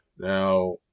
Now